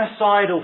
genocidal